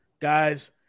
guys